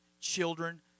children